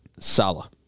Sala